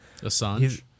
Assange